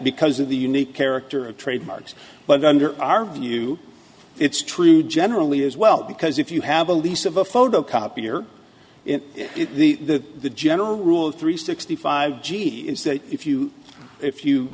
because of the unique character of trademarks but under our view it's true generally as well because if you have a lease of a photocopier the the general rule of three sixty five g is that if you if you